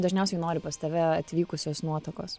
dažniausiai nori pas tave atvykusios nuotakos